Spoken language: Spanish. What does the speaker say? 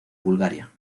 bulgaria